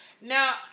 Now